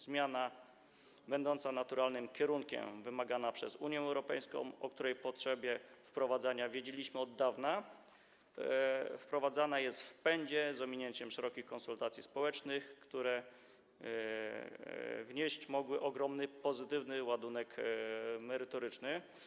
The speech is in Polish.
Zmiana będąca naturalnym kierunkiem, wymagana przez Unię Europejską, o której potrzebie wprowadzenia wiedzieliśmy od dawna, wprowadzana jest w pędzie, z ominięciem szerokich konsultacji społecznych, które mogły wnieść ogromny pozytywny ładunek merytoryczny.